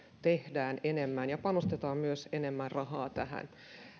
tehdään enemmän ja panostetaan myös enemmän rahaa tähän